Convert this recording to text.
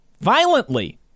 Violently